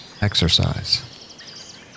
exercise